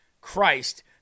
Christ